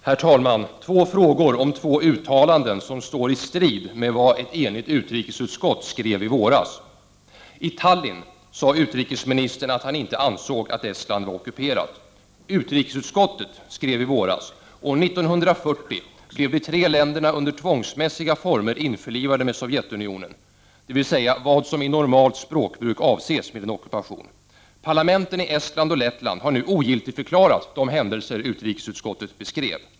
Herr talman! Jag har två frågor som rör två uttalanden som står i strid med vad ett enigt utrikesutskott skrev i våras. I Tallinn sade utrikesministern att han inte ansåg att Estland var ockuperat. Utrikesutskottet skrev i våras att år 1940 blev de tre länderna under tvångsmässiga former införlivade med Sovjetunionen, dvs. vad som med ett normalt språkbruk avses med ockupation. Parlamenten i Estland och Lettland har nu ogiltigförklarat de händelser utrikesutskottet beskrev.